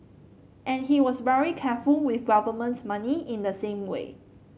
and he was very careful with government money in the same way